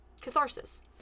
catharsis